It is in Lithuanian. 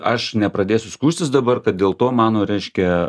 aš nepradėsiu skųstis dabar kad dėl to mano reiškia